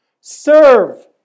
serve